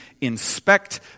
inspect